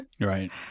Right